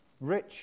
Rich